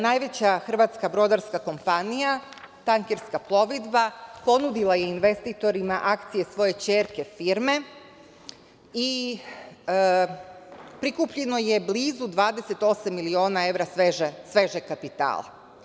Najveća hrvatska brodarska kompanija Tankerska plovidba ponudila je investitorima akcije svoje ćerke firme i prikupljeno je blizu 28 miliona evra svežeg kapitala.